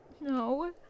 No